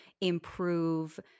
improve